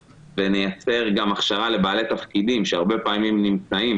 ונייצר גם הכשרה לבעלי תפקידים שהרבה פעמים נמצאים